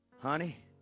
Honey